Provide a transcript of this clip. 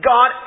God